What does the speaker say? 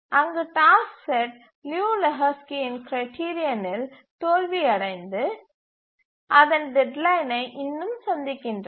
அங்கு task set Liu லெஹோஸ்கியின் கிரைட்டீரியனில் தோல்வியடைந்து அதன் டெட்லைனை இன்னும் சந்திக்கின்றன